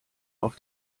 auf